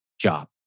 job